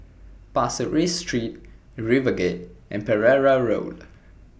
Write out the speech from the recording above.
Pasir Ris Street RiverGate and Pereira Road